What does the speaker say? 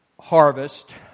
harvest